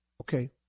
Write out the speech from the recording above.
Okay